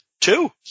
Two